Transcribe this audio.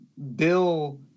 Bill